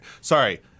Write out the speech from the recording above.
sorry –